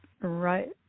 right